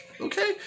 Okay